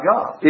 God